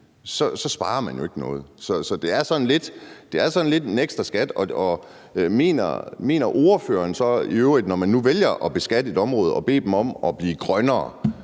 sparer man jo ikke noget. Så det er lidt en ekstra skat. Mener ordføreren så i øvrigt, når man nu vælger at beskatte et område og beder dem om at blive grønnere,